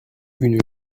une